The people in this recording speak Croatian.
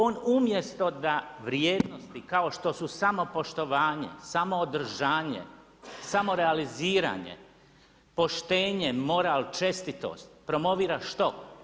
On umjesto da vrijednosti kao štos u samopoštovanje, samoodržanje, samorealiziranje, poštenje, moral, čestitost promovira što?